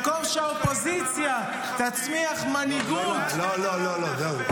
במקום שהאופוזיציה תצמיח מנהיגות -- לא, לא, זהו.